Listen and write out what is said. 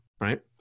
right